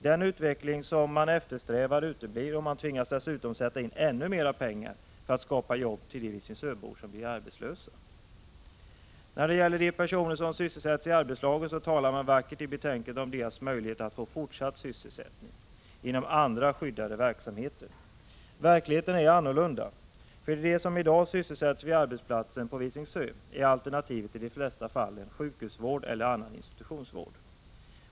Den utveckling som man eftersträvar uteblir, och man tvingas dessutom sätta in ännu mera pengar för att skapa jobb till de visingsöbor som blir arbetslösa. När det gäller de personer som sysselsätts i arbetslagen så talar man vackert i betänkadet om deras möjligheter att få fortsatt sysselsättning inom andra skyddade verksamheter. Verkligheten är annorlunda. För dem som i dag sysselsätts vid arbetsplatsen på Visingsö är alternativet i de flesta fallen sjukhusvård eller annan institutionsvård.